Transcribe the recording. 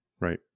Right